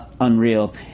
unreal